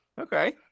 okay